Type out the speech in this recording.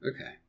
Okay